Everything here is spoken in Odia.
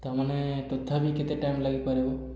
ତା' ମାନେ ତଥାପି କେତେ ଟାଇମ ଲାଗିପାରିବ